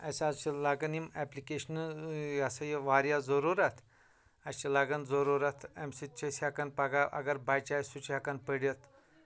اَسہِ حظ چھُ لَگان یِم اٮ۪پلِکیشنہٕ یہِ ہسا یہِ واریاہ ضٔروٗرَتھ اَسہِ چھِ لَگان ضٔروٗرَتھ اَمہِ سۭتۍ چھِ أسۍ ہٮ۪کان پَگاہ اَگر بَچہٕ آسہِ سُہ چھُ ہٮ۪کان پٔرِتھ